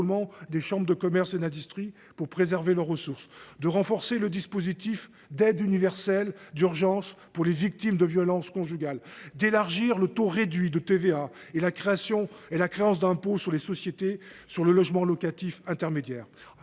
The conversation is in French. des chambres de commerce et d’industrie (CCI) pour préserver leurs ressources ; de renforcer le dispositif d’aide universelle d’urgence pour les victimes de violences conjugales ; d’élargir le taux réduit de TVA et la créance d’impôt sur les sociétés pour le logement locatif intermédiaire